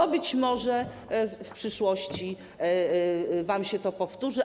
bo być może w przyszłości wam się to powtórzy.